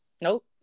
nope